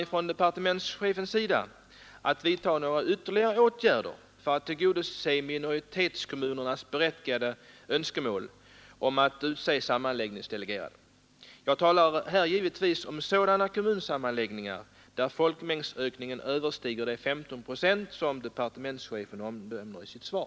Kommer departementschefen att vidta några ytterligare na för kommun sammanläggning åtgärder för att tillgodose minoritetskommunernas berättigade önskemål om att utse sammanläggningsdelegerade? Jag talar här givetvis om sådana kommunsammanläggningar där folkmängdsökningen överstiger de 15 procent som departementschefen omnämner i sitt svar.